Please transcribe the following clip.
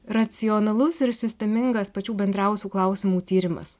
racionalus ir sistemingas pačių bendriausių klausimų tyrimas